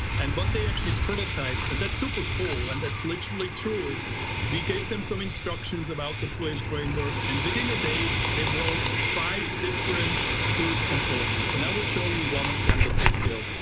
and but they actually prototype, and that's super cool, and that's literally true, is we gave them some instructions about the fluid framework and within a day they've rolled five different fluid components. and i will show you one of them that they've built.